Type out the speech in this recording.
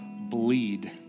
bleed